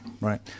right